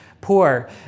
poor